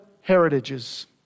heritages